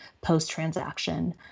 post-transaction